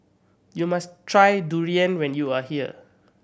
you must try durian when you are here